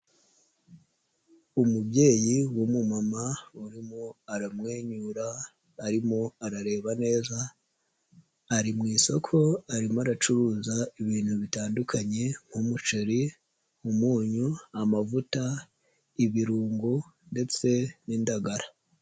Umubyeyi w'umumama urimo aramwenyura arimo arareba neza, ari mu isoko arimo aracuruza ibintu bitandukanye nk'umuceri, umunyu, amavuta, ibirungo ndetse n'indagara.